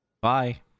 Bye